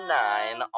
nine